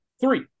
three